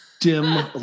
Dim